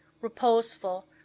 reposeful